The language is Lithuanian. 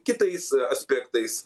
kitais aspektais